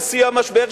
של שיא המשבר,